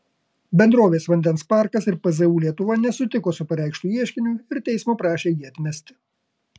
bendrovės vandens parkas ir pzu lietuva nesutiko su pareikštu ieškiniu ir teismo prašė jį atmesti